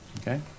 okay